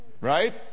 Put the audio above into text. Right